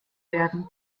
werden